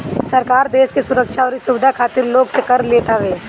सरकार देस के सुरक्षा अउरी सुविधा खातिर लोग से कर लेत हवे